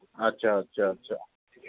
अच्छा अच्छा अच्छा